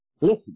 Listen